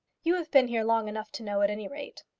you have been here long enough to know, at any rate.